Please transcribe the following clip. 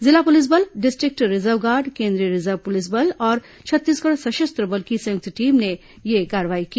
जिला पुलिस बल district reserve guard केन्द्रीय रिजर्व पुलिस बल और छत्तीसगढ़ सशस्त्र बल की संयुक्त टीम ने यह कार्रवाई की